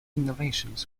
innovations